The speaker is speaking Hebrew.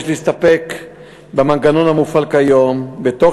יש להסתפק בעיבוי המנגנון המופעל כיום בתוך